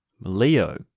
Leo